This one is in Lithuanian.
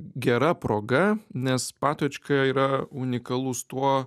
gera proga nes patočka yra unikalus tuo